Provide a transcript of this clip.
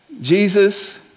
Jesus